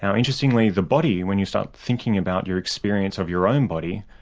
um interestingly, the body, when you start thinking about your experience of your own body,